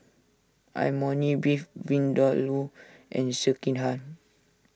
Imoni Beef Vindaloo and Sekihan